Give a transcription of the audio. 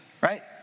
Right